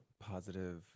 positive